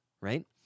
Right